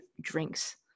drinks